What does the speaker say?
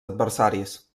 adversaris